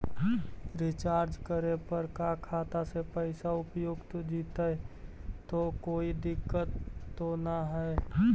Recharge करे पर का खाता से पैसा उपयुक्त जितै तो कोई दिक्कत तो ना है?